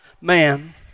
man